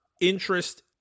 interest